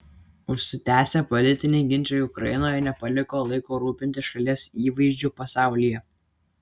užsitęsę politiniai ginčai ukrainoje nepaliko laiko rūpintis šalies įvaizdžiu pasaulyje